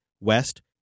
West